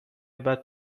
بعد